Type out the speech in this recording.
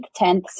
10th